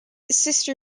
sister